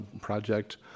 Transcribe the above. project